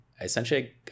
essentially